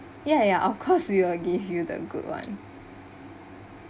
ya ya of course we will give you the good one